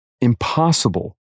impossible